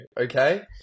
okay